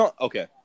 okay